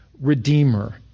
redeemer